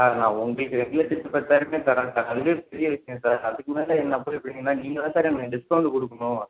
sir நான் உங்களுக்கு regular tips பத்தாயிரமே தர்றேன் சார் அதுவே பெரிய விஷயம் சார் அதுக்கு மேலே என்ன போய் இப்படிங்கனா நீங்கள் தான் சார் எனக்கு டிஸ்கௌண்ட்டு கொடுக்குணும்